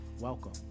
Welcome